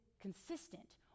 consistent